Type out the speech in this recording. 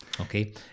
Okay